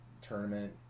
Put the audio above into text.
tournament